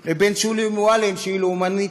שהוא לאומן פלסטיני,